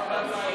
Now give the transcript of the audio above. ההצעה להעביר